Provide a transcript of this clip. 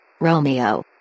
Romeo